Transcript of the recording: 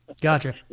Gotcha